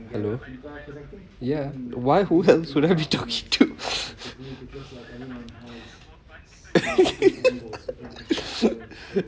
hello ya why who else would I be talking to